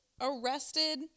arrested